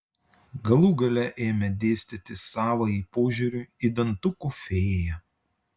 galų gale ėmė dėstyti savąjį požiūrį į dantukų fėją